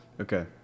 Okay